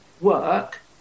work